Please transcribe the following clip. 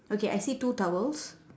okay I see two towels